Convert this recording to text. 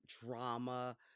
drama